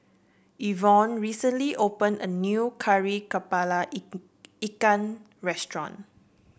Yvonne recently opened a new kari kepala ik ikan restaurant